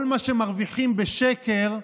כל מה שמרוויחים בשקר,